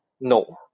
no